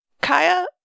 Kaya